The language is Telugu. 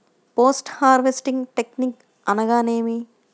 పోస్ట్ హార్వెస్టింగ్ టెక్నిక్ అనగా నేమి?